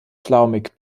flaumig